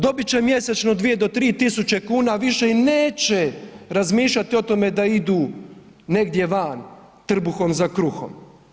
Dobit će mjesečno 2 do 3.000 kuna više i neće razmišljati o tome da idu negdje van, trbuhom za kruhom.